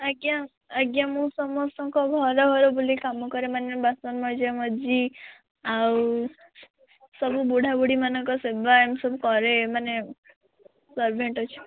ଆଜ୍ଞା ଆଜ୍ଞା ମୁଁ ସମସ୍ତଙ୍କ ଘର ଘର ବୁଲି କାମ କରେ ମାନେ ବାସନ ମଜାମଜି ଆଉ ସବୁ ବୁଢ଼ା ବୁଢ଼ୀ ମାନଙ୍କ ସେବା ଏମିତି ସବୁ କରେ ମାନେ ସର୍ଭ୍ୟାଣ୍ଟ ଅଛି